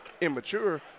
immature